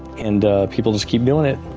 and people just keep doing it,